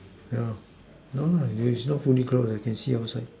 well well well if its not fully grown I can sit outside